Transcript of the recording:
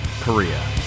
Korea